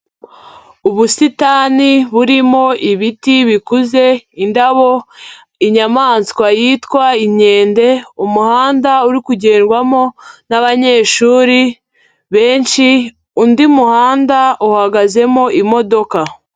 Ubusitani burimo ibiti bikuze, indabo, inyamaswa yitwa inkende, umuhanda uri kugendwamo n'abanyeshuri benshi, undi muhanda uhagazemo imodoka.